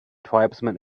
tribesmen